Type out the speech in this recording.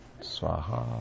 Swaha